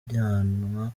ujyanwa